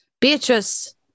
Beatrice